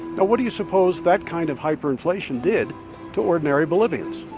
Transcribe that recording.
now, what do you suppose that kind of hyperinflation did to ordinary bolivians?